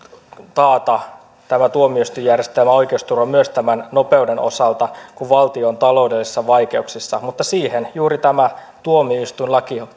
taata tuomioistuinjärjestelmän oikeusturva myös nopeuden osalta kun valtio on taloudellisissa vaikeuksissa mutta siihen juuri tämä tuomioistuinlaki